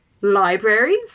Libraries